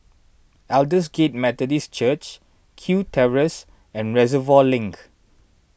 Aldersgate Methodist Church Kew Terrace and Reservoir Link